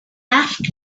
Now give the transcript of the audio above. asked